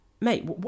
mate